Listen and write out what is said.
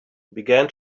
began